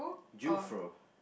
Jufro